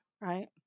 right